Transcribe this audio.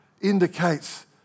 indicates